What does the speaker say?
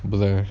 but there